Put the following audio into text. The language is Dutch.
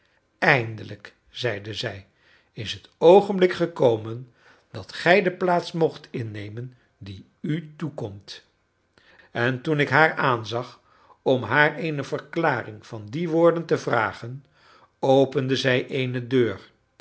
eindelijk zeide zij is het oogenblik gekomen dat gij de plaats moogt innemen die u toekomt en toen ik haar aanzag om haar eene verklaring van die woorden te vragen opende zij eene deur